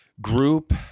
group